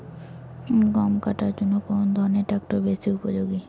গম কাটার জন্য কোন ধরণের ট্রাক্টর বেশি উপযোগী?